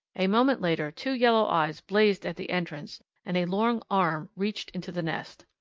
a moment later two yellow eyes blazed at the entrance and a long arm reached into the nest.